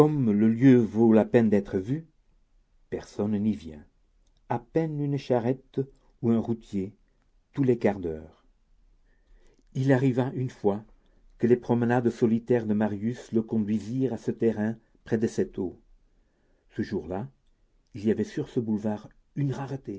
le lieu vaut la peine d'être vu personne n'y vient à peine une charrette ou un routier tous les quarts d'heure il arriva une fois que les promenades solitaires de marius le conduisirent à ce terrain près de cette eau ce jour-là il y avait sur ce boulevard une rareté